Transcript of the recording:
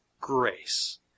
grace